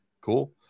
cool